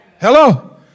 Hello